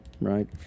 right